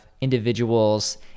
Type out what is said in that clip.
individuals